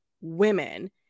women